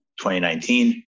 2019